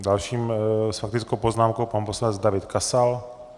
Dalším s faktickou poznámkou pan poslanec David Kasal.